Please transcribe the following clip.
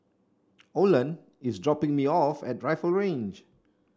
Olan is dropping me off at Rifle Range